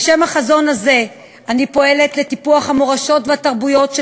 בשם החזון הזה אני פועלת לטיפוח המורשות והתרבויות של